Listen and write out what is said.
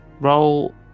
roll